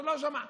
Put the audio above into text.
לא שמעתי.